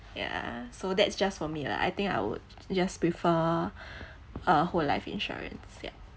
yeah so that's just for me lah I think I would just prefer a whole life insurance yup